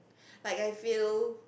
like I feel